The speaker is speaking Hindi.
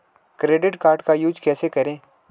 क्रेडिट कार्ड का यूज कैसे करें?